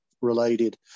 related